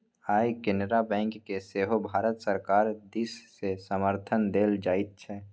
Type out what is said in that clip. आय केनरा बैंककेँ सेहो भारत सरकार दिससँ समर्थन देल जाइत छै